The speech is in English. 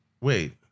Wait